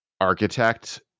architect